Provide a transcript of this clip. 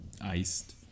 Iced